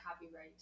copyright